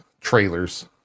trailers